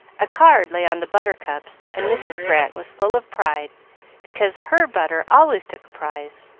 a card lay on the butter cups, and mrs. grant was full of pride because her butter always took a prize,